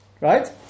right